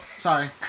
Sorry